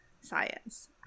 science